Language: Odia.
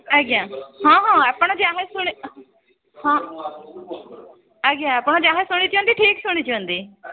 ଆଜ୍ଞା ହଁ ହଁ ଆପଣ ଯାହା ଶୁଣି ହଁ ଆଜ୍ଞା ଆପଣ ଯାହା ଶୁଣିଛନ୍ତି ଠିକ୍ ଶୁଣିଛନ୍ତି